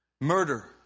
Murder